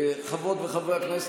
חברות וחברי הכנסת,